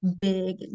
big